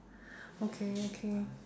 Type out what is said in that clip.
okay okay